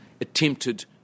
attempted